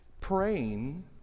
Praying